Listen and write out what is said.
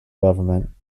government